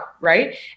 right